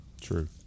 True